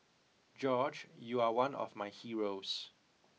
George you are one of my heroes